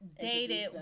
dated